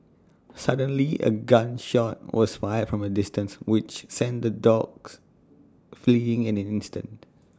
suddenly A gun shot was fired from A distance which sent the dogs fleeing in an instant